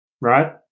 right